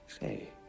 Say